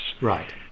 Right